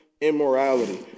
immorality